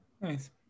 Nice